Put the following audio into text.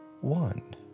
one